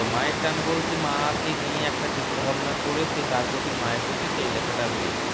তো মায়ের টান বলতে মাকে নিয়ে একটা চিন্তাভাবনা করে সে তার প্রতি মায়ের প্রতি সেই লেখাটা আমি লিখছি